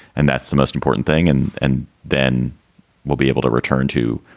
and that's the most important thing. and and then we'll be able to return to